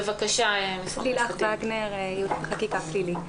בבקשה, משרד המשפטים.